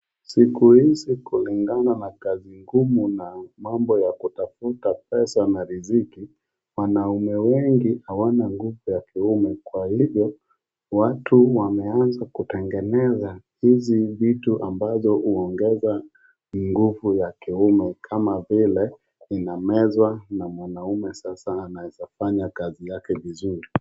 Siku hizi kulingana na kazi ngumu na mambo ya kutafuta pesa na riziki, wanaume wengi hawana nguvu za kiume kwa hivyo watu wameanza kutengeneza hizi vitu ambazo huongeza nguvu za kiume kama vile zinamezwa na mwanaume sasa anaweza fanya kazi yake vizuri.